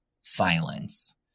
silence